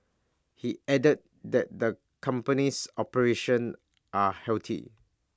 he added that the company's operations are healthy